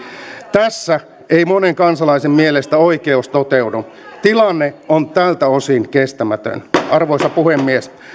tässä ei monen kansalaisen mielestä oikeus toteudu tilanne on tältä osin kestämätön arvoisa puhemies